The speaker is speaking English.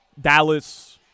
Dallas –